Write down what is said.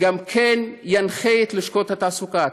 ינחה גם כן את לשכות התעסוקה.